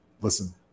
Listen